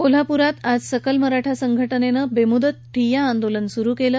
कोल्हापुरात आज सकल मराठा संघटनेनं बेमुदत ठिय्या आंदोलन सुरु केलं